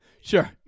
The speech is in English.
sure